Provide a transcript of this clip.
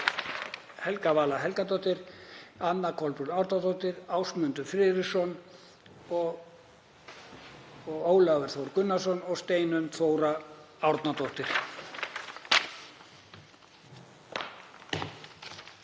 Helga Vala Helgadóttir, Anna Kolbrún Árnadóttir, Ásmundur Friðriksson, Ólafur Þór Gunnarsson og Steinunn Þóra Árnadóttir.